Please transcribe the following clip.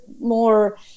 more